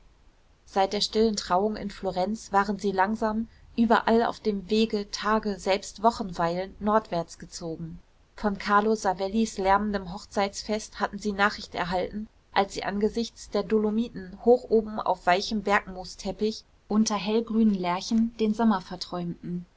seit der stillen trauung in florenz waren sie langsam überall auf dem wege tage selbst wochen weilend nordwärts gezogen von carlo savellis lärmendem hochzeitsfest hatten sie nachricht erhalten als sie angesichts der dolomiten hoch oben auf weichem bergmoosteppich unter hellgrünen lärchen den sommer verträumten